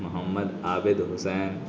محمد Abid حسین